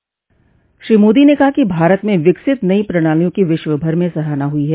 श्री मोदी ने कहा कि भारत में विकसित नई प्रणालियो की विश्वभर में सराहना हुई है